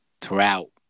throughout